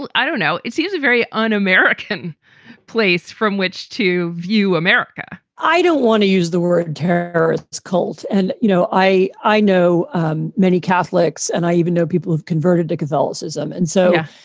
but i don't know. it seems a very un-american place from which to view america i don't want to use the word her cult. and, you know, know, i know um many catholics and i even know people who've converted to catholicism. and so,